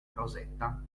rosetta